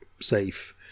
safe